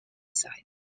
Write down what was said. site